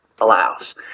allows